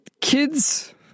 Kids